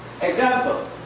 Example